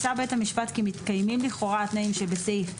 מצא בית המשפט כי מתקיימים לכאורה התנאים שבסעיף 3ב(ד)(1)